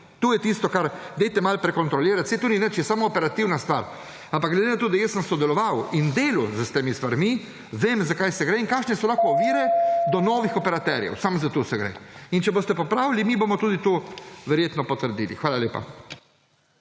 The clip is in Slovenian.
To je tisto, kar dajte malo prekontrolirati. Saj to ni nič, je samo operativna stvar, ampak glede na to, da sem sodeloval in delal s temi stvarmi, vem, za kaj gre in kakšne so lahko ovire do novih operaterjev. Samo za to gre. In če boste popravili, mi bomo tudi to verjetno potrdili. Hvala lepa.